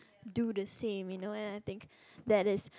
do the same you know what I think that is